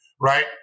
right